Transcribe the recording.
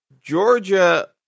Georgia